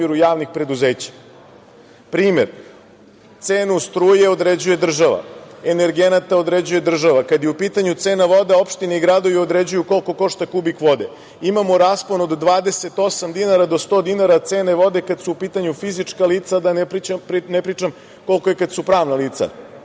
javnih preduzeća. Primer, cenu struje određuje država, energenata određuje država. Kad je u pitanju cena vode, opštine i gradovi određuju koliko košta kubik vode. Imamo raspon od 28 dinara do 100 dinara cene vode kad su u pitanju fizička lica, da ne pričam koliko je kada su pravna lica